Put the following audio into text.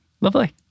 lovely